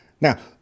Now